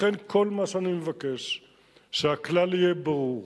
לכן כל מה שאני מבקש זה שהכלל יהיה ברור,